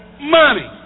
money